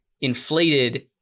inflated